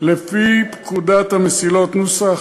לפי פקודת המסילות ,